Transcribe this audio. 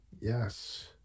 Yes